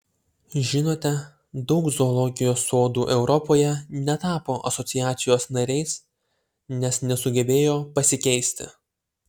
žinote daug zoologijos sodų europoje netapo asociacijos nariais nes nesugebėjo pasikeisti